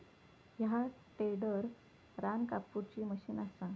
ह्या टेडर रान कापुची मशीन असा